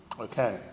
Okay